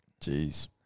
Jeez